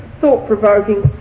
thought-provoking